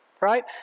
right